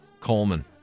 Coleman